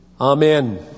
Amen